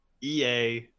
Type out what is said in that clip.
EA